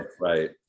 right